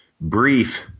brief